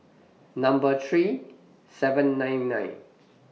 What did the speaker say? Number three seven nine nine